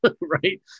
Right